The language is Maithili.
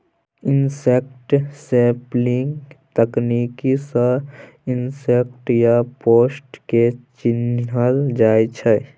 इनसेक्ट सैंपलिंग तकनीक सँ इनसेक्ट या पेस्ट केँ चिन्हल जाइ छै